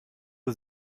uhr